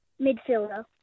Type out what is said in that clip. Midfielder